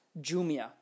Jumia